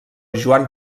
joan